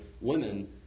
women